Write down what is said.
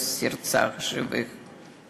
אך התעוזה האדירה שלהם נשארה בלבם של החיים.